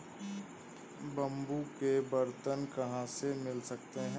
Bamboo के बर्तन कहाँ से मिल सकते हैं?